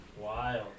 Wild